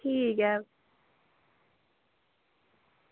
ठीक ऐ